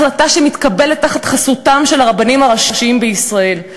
החלטה שמתקבלת תחת חסותם של הרבנים הראשיים בישראל.